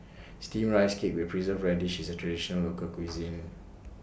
Steamed Rice Cake with Preserved Radish IS A Traditional Local Cuisine